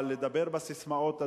אבל לדבר בססמאות,